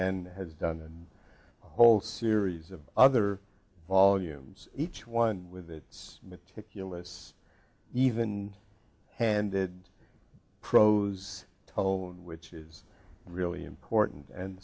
then has done a whole series of other volumes each one with its meticulous even handed prose poem which is really important and